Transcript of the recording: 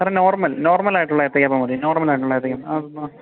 സാറെ നോർമൽ നോർമലായിട്ടുള്ള ഏത്തയ്ക്ക അപ്പം മതി നോർമലായിട്ടുള്ള ഏത്തയ്ക്ക അപ്പം ആ അ